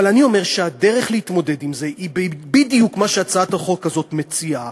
אבל אני אומר שהדרך להתמודד עם זה היא בדיוק מה שהצעת החוק הזאת מציעה: